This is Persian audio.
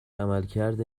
عملکرد